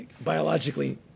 biologically